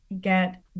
get